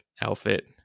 outfit